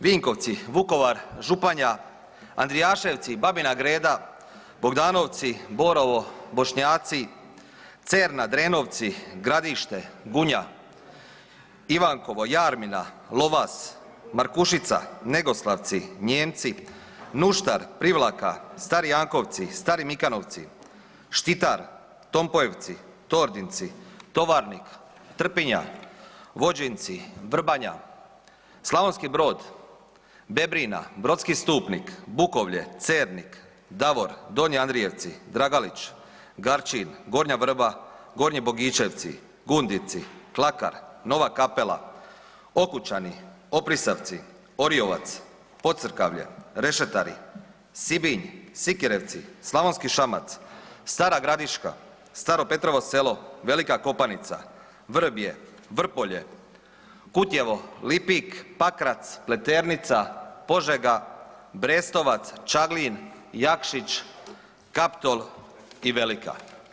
Vinkovci, Vukovar, Županja, Andrijaševci, Babina Greda, Bogdanovci, Borovo, Bošnjaci, Cerna, Drenovci, Gradište, Gunja, Ivankovo, Jarmina, Lovas, Markušica, Negoslavci, Nijemci, Nuštar, Privlaka, Stari Jankovci, Stari Mikanovci, Štitar, Tompojevci, Tordinci, Tovarnik, Trpinja, Vođinci, Vrbanja, Slavonski Brod, Bebrina, Brodski Stupnik, Bukovlje, Cernik, Davor, Donji Andrijevci, Dragalić, Garčin, Gornja Vrba, Gornji Bogičevci, Gundici, Klakar, Nova Kapela, Okučani, Oprisavci, Oriovac, Pocrkavlje, Rešetari, Sibinj, Sikirevci, Slavonski Šamac, Stara Gradiška, Staro Petrovo Selo, Velika Kopanica, Vrbje, Vrpolje, Kutjevo, Lipik, Pakrac, Pleternica, Požega, Brestovac, Čaglin, Jakšić, Kaptol i Velika.